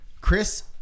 Chris